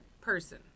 person